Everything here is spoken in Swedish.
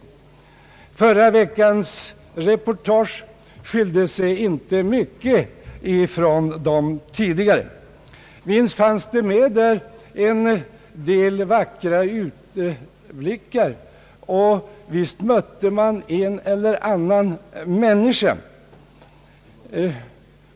Förra veckans reportage i TV skilde sig inte mycket från de tidigare. Visst fanns där med en del vackra utblickar, och visst fick tittarna möta en eller annan människa.